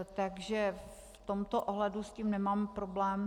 Takže v tomto ohledu s tím nemám problém.